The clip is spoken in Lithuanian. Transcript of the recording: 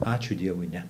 ačiū dievui ne